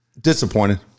Disappointed